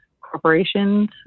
corporations